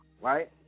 right